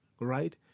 right